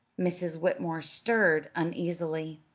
mrs. whitmore stirred uneasily.